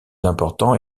important